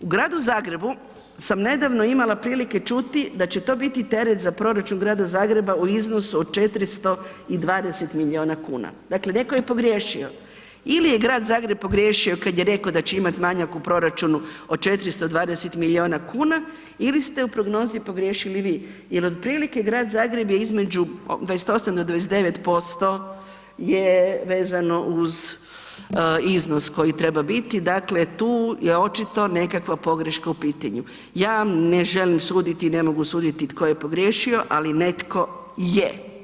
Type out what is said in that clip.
U Gradu Zagrebu sam nedavno imala prilike čuti da će to biti teret za proračun Grada Zagreba u iznosu od 420 milijuna kuna, dakle netko je pogriješio, ili je Grad Zagreb pogriješio kad je reko da će imat manjak u proračunu od 420 milijuna kuna ili ste u prognozi pogriješili vi, jel otprilike Grad Zagreb je između 28 do 29% je vezano uz iznos koji treba biti, dakle tu je očito nekakva pogreška u pitanju, ja vam ne želim suditi i ne mogu suditi tko je pogriješio, ali netko je.